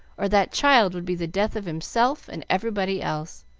or that child would be the death of himself and everybody else.